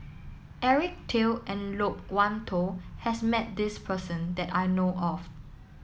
Eric Teo and Loke Wan Tho has met this person that I know of